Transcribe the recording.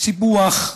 סיפוח התנחלויות,